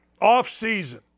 off-season